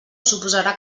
suposarà